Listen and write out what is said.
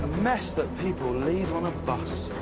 mess that people leave on a bus.